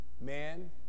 man